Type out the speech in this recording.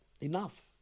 enough